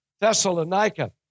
Thessalonica